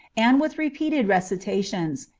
and with repeated recitations,